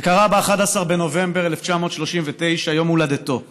זה קרה ב-11 בנובמבר 1939, יום הולדתו.